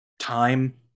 time